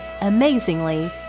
amazingly